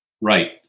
Right